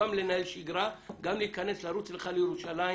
גם לנהל שגרה וגם להיכנס ולרוץ לירושלים